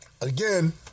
again